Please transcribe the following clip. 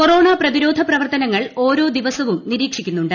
corona പ്രതിരോധ പ്രവർത്തനങ്ങൾ ഓരോ ദിവസവും നിരീക്ഷിക്കുന്നുണ്ട്